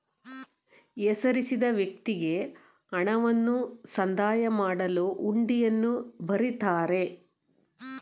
ಹೆಸರಿಸಿದ ವ್ಯಕ್ತಿಗೆ ಹಣವನ್ನು ಸಂದಾಯ ಮಾಡಲು ಹುಂಡಿಯನ್ನು ಬರಿತಾರೆ